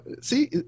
See